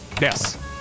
Yes